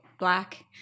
black